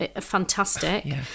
fantastic